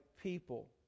people